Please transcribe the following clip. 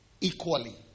equally